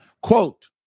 Quote